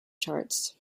charts